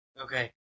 Okay